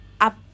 up